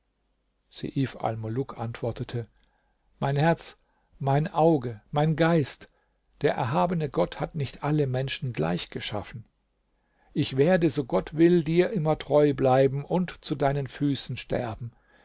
antwortete mein herz mein auge mein geist der erhabene gott hat nicht alle menschen gleich geschaffen ich werde so gott will dir immer treu bleiben und zu deinen füßen sterben